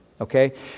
okay